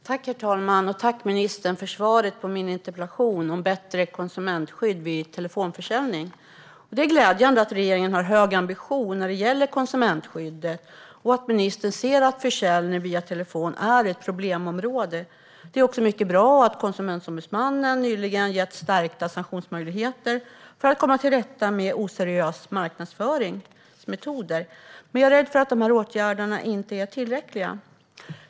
Herr talman! Jag tackar ministern för svaret på min interpellation om bättre konsumentskydd vid telefonförsäljning. Det är glädjande att regeringen har en hög ambition när det gäller konsumentskyddet och att ministern ser att försäljning via telefon är ett problemområde. Det är också mycket bra att Konsumentombudsmannen nyligen getts stärkta sanktionsmöjligheter för att komma till rätta med oseriösa marknadsföringsmetoder. Jag är dock rädd för att dessa åtgärder inte är tillräckliga.